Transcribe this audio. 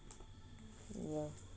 ya